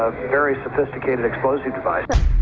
ah very sophisticated explosive device.